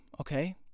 okay